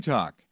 Talk